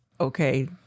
Okay